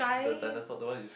the dinosaur the one you sh~